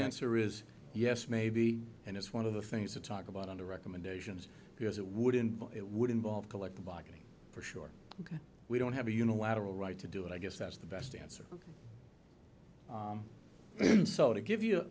answer is yes maybe and it's one of the things to talk about on the recommendations because it would involve it would involve collective bargaining for sure ok we don't have a unilateral right to do it i guess that's the best answer and so to give you